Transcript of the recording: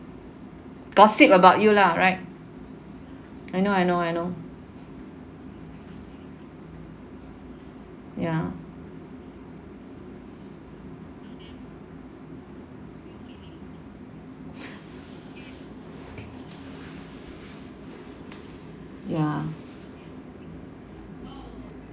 gossip about you lah right I know I know I know ya ya